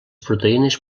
proteïnes